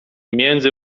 między